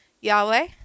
Yahweh